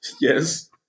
yes